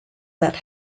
that